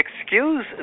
excuse